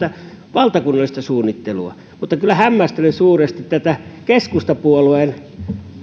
valtakunnallista suunnittelua mutta kyllä hämmästelen suuresti keskustapuolueen